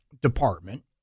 department